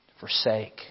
forsake